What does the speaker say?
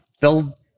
build